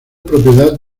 propiedad